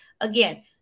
again